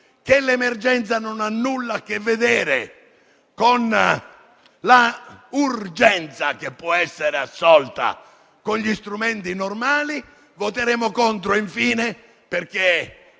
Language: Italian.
che l'emergenza non ha nulla a che vedere con l'urgenza, che può essere assolta con i normali strumenti. Voteremo contro, infine, perché